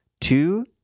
two